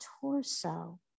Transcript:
torso